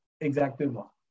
Exactement